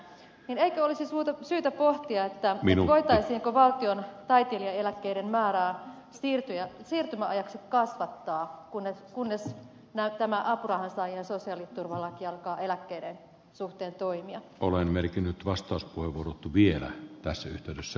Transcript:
eikö olisi syytä pohtia voitaisiinko valtion taiteilijaeläkkeiden määrää siirtymäajaksi kasvattaa kunnes tämä apurahansaajien sosiaaliturvalaki alkaa eläkkeiden suhteen toimia ole merkinnyt vastaus on kurottu vielä tässä yhteydessä